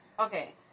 Okay